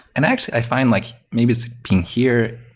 and actually, i find like maybe it's been here.